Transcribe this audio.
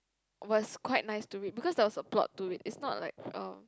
was quite nice to read because there was a plot to it it's not like um